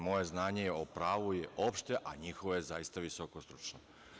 Moje znanje o pravu je opšte, a njihovo je zaista visokostručno.